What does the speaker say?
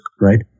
right